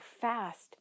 fast